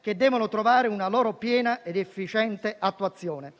che devono trovare una loro piena ed efficiente attuazione.